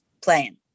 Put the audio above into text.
playing